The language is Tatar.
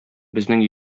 безнең